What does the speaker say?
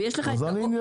ויש לך את האומץ.